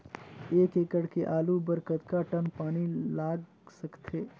एक एकड़ के आलू बर कतका टन पानी लाग सकथे?